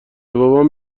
بابام